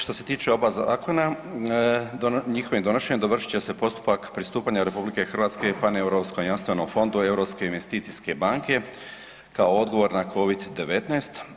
Što se tiče oba zakona njihovim donošenjem dovršit će se postupak pristupanja RH Paneuropskom jamstvenom fondu Europske investicijske banke kao odgovor na Covid-19.